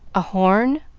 a horn,